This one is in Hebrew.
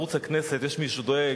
בערוץ הכנסת יש מי שדואג